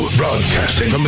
broadcasting